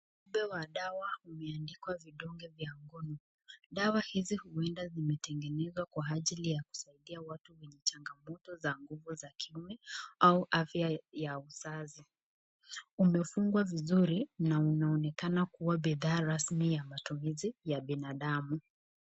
Umbe wa dawa ume andikwa vidonge vya ngono. Dawa hizi huenda zime tengenezwa kwa ajili ya kusaidia watu wenye changamoto za kiume au afya za uzazi. Ume fungwa vizuri na una onekana kuwa bidhaa rasmi ya matumizi ya binadamu.